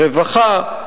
רווחה,